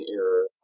error